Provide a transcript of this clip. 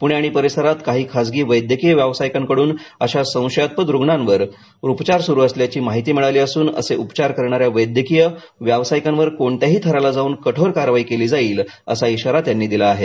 पुणे आणि परिसरात काही खासगी वैद्यकीय व्यावसायिकांकडून अशा संशयास्पद रुग्णांवर उपचार सुरु असल्याबद्दलची माहिती मिळाली असून असे उपचार करणाऱ्या वैद्यकीय व्यावसायिकांवर कोणत्याही थराला जाऊन कठोर कारवाई केली जाईल असा इशारा त्यांनी दिला आहे